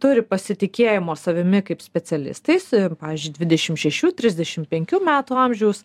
turi pasitikėjimo savimi kaip specialistais pavyzdžiui dvidešimt šešių trisdešimt penkių metų amžiaus